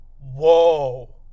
whoa